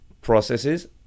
processes